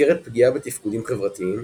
ניכרת פגיעה בתפקודים חברתיים,